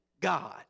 God